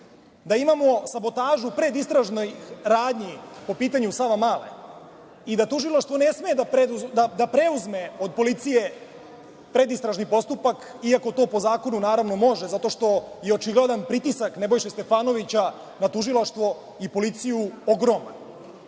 Da imamo sabotažu predistražnih radnji, po pitanju „Savamale“, i da tužilaštvo ne sme da preuzme od policije predistražni postupak, iako to po zakonu naravno može, zato što je očigledan pritisak Nebojše Stefanovića na tužilaštvo i policiju ogroman. To